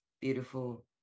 beautiful